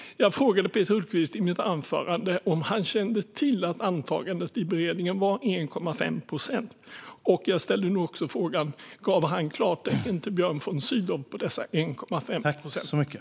Jag frågade Peter Hultqvist i mitt anförande om han kände till att antagandet i beredningen var 1,5 procent, och jag ställer nu också frågan: Gav han klartecken till Björn von Sydow för dessa 1,5 procent?